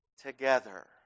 together